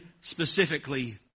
specifically